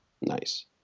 Nice